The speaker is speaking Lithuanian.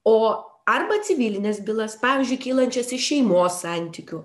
o arba civilines bylas pavyzdžiui kylančias iš šeimos santykių